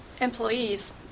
employees